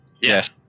Yes